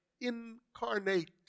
Incarnate